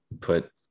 put